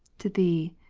to thee,